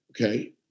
okay